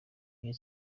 rayon